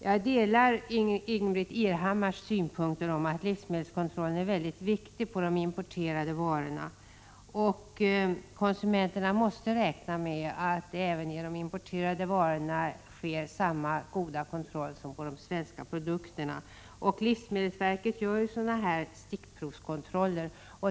Jag delar Ingbritt Irhammars synpunkt att livsmedelskontrollen av de importerade varorna är mycket viktig. Konsumenterna måste kunna räkna med att även de importerade varorna utsätts för samma goda kontroll som de svenska produkterna. Livsmedelsverket gör stickprovskontroller.